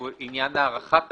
עניין הארכת הפטור.